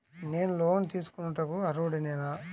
నేను లోన్ తీసుకొనుటకు అర్హుడనేన?